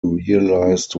realised